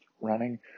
running